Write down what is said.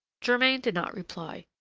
germain did not reply.